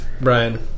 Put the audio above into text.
Brian